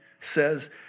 says